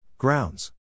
Grounds